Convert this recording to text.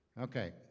Okay